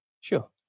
Sure